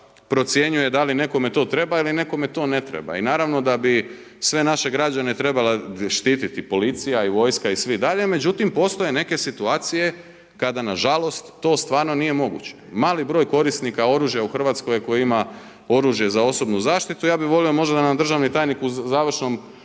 procjenjuje da li nekome to treba ili nekome to ne treba i naravno da bi sve naše građane trebala štititi policija i vojska i svi dalje međutim, postoje neke situacije kada nažalost to stvarno nije moguće. Mali broj korisnika oružja u Hrvatskoj koji ima oružje za osobnu zaštitu, ja bi volio možda da nam državni tajnik u završnom